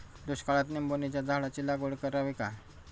दुष्काळात निंबोणीच्या झाडाची लागवड करावी का?